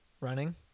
running